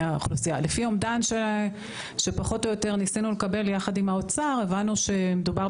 ולפי אומדן שקיבלנו יחד עם משרד האוצר הבנו שמדובר